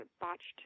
botched